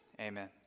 Amen